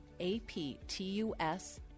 APTUS